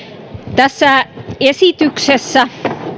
tässä esityksessä